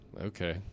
okay